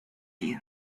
you